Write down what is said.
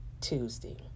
Tuesday